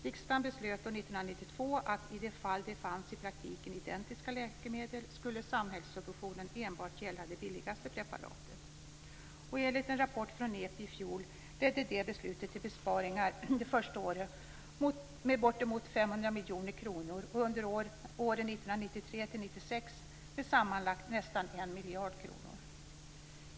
Riksdagen beslöt år 1992 att samhällssubventionen enbart skulle gälla det billigaste preparatet i de fall det fanns i praktiken identiska läkemedel. Enligt en rapport från NEPI i fjol ledde det beslutet till besparingar det första året med bortemot 500 miljoner kronor och under åren 1993-1996 med sammanlagt nästan en miljard kronor.